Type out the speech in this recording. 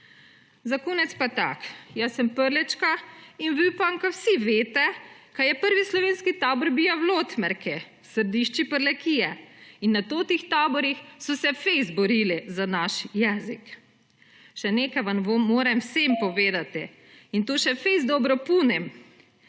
Za konec pa tako, jaz sem Prlečka in upam, kaj vsi vete, kaj je prvi slovenski tabor bio v Lotmerke, središči Prlekije in na totih taborih so se fejst borili za naš jezik. Še nekaj vam moram vsem povedati in to še fejst dobro punem(?),